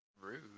Rude